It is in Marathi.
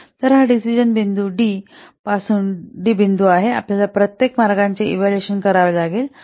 तर हा डिसिजन बिंदू डी पासूनचा डी बिंदू आहे आपल्याला प्रत्येक मार्गाचे इव्हॅल्युएशन करावे लागेल